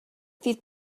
fydd